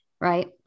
Right